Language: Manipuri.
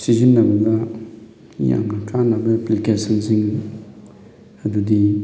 ꯁꯤꯖꯤꯟꯅꯕꯗ ꯌꯥꯝꯅ ꯀꯥꯟꯅꯕ ꯑꯦꯄ꯭ꯂꯤꯀꯦꯁꯟꯁꯤꯡ ꯑꯗꯨꯗꯤ